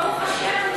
ברוך השם,